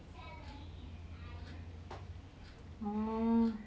oh